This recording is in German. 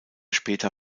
später